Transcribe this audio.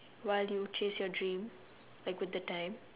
while you chase your dream like with the time